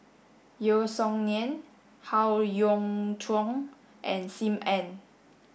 Yeo Song Nian Howe Yoon Chong and Sim Ann